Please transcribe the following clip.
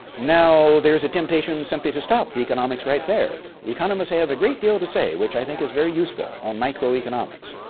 now there's a temptation simply to stop the economics right there. the economists have great deal to say, which i think is very useful on micro economics.